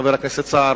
חבר הכנסת סער,